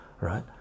Right